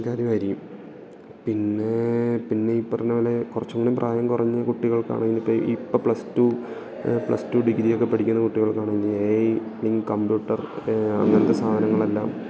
കാര്യമായിരിക്കും പിന്നെ പിന്നെ ഈ പറഞ്ഞത് പോലെ കുറച്ചൂടേം പ്രായം കുറഞ്ഞ് കുട്ടികൾക്ക് ആണെങ്കിൽ ഇപ്പം ഈ ഇപ്പം plus two plus two degree ഒക്കെ പഠിക്കുന്ന കുട്ടികൾക്ക് ആണെങ്കിൽ എ ഐ ഇൻ കമ്പ്യൂട്ടർ അങ്ങനത്തെ സാധനങ്ങൾ എല്ലാം